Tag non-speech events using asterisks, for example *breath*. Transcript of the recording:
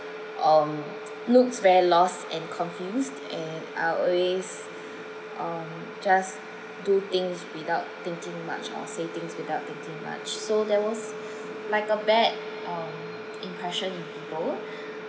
um looks very lost and confused and I'll always um just do things without thinking much or say things without thinking much so there was like a bad um impression in people *breath*